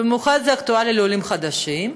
במיוחד זה אקטואלי לעולים חדשים.